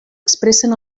expressen